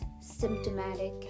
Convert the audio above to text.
symptomatic